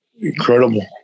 incredible